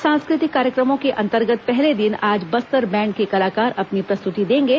सांस्कृतिक कार्यक्रमों के अंतर्गत पहले दिन आज बस्तर बैंड के कलाकार अपनी प्रस्तुति देंगे